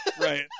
right